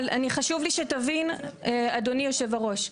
אבל חשוב לי שתבין אדוני יושב הראש,